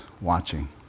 watching